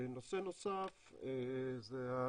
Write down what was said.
נושא נוסף זה,